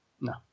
No